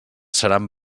seran